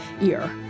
ear